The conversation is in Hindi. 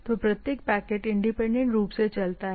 तो प्रत्येक पैकेट इंडिपेंडेंट रूप से ले जाता है